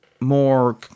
more